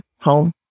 home